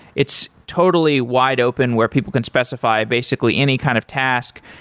it's totally wide open, where people can specify basically any kind of task.